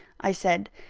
i said,